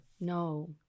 No